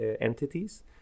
entities